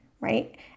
right